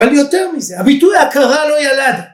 אבל יותר מזה הביטוי עקרה לא ילד